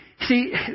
See